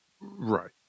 Right